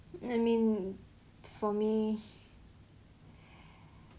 that means for me